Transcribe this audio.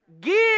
Give